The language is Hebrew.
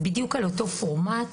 בדיוק על אותו פורמט,